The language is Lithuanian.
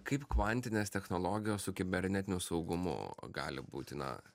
kaip kvantinės technologijos su kibernetiniu saugumu gali būti na